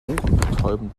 ohrenbetäubend